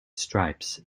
stripes